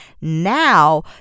now